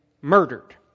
murdered